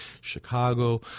Chicago